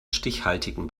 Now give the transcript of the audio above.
stichhaltigen